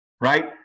right